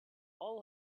all